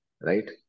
right